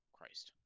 Christ